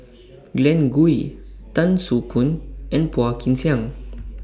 Glen Goei Tan Soo Khoon and Phua Kin Siang